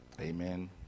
Amen